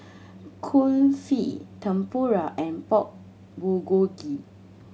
Kulfi Tempura and Pork Bulgogi